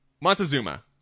Montezuma